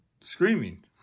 screaming